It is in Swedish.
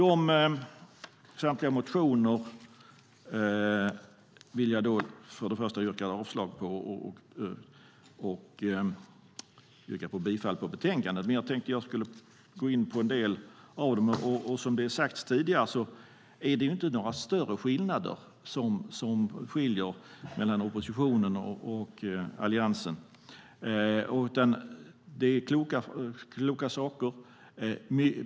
Jag vill först och främst yrka avslag på samtliga motioner och bifall till utskottets förslag i betänkandet. Jag tänkte gå in på en del av motionerna. Som det är sagt tidigare är det inte några större saker som skiljer mellan oppositionen och Alliansen. Det är kloka saker.